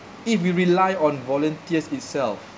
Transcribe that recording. if we rely on volunteers itself